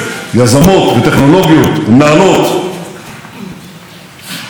בעוד ימים אחדים יבוא לכאן סגן נשיא סין,